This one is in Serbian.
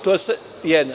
To je jedno.